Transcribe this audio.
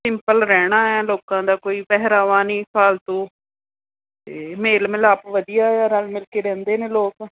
simple ਰਹਿਣਾ ਹੈ ਲੋਕਾਂ ਦਾ ਕੋਈ ਪਹਿਰਾਵਾ ਨਹੀਂ ਫਾਲਤੂ ਅਤੇ ਮੇਲ ਮਿਲਾਪ ਵਧੀਆ ਆ ਰਲ ਮਿਲ ਕੇ ਰਹਿੰਦੇ ਨੇ ਲੋਕ